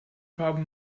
farbe